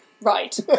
Right